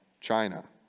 China